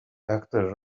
actor